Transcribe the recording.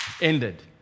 ended